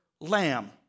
lamb